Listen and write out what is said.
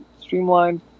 streamlined